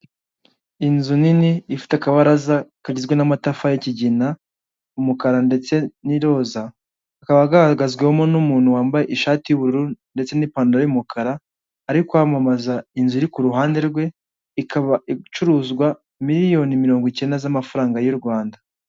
Inzu nini ifite akabaraza kagizwe n'amatafari y'ikigina, umukara ndetse n'iroza kakaba gahagazwemo n'umuntu wambaye ishati y'ubururu ndetse n'ipantaro y'umukara, ari kwamamaza inzu iri ku ruhande rwe, ikaba icuruzwa miliyoni mirongo icyenda z'amafaranga y'u Rwanda.